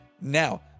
now